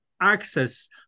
access